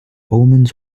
omens